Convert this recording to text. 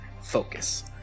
focus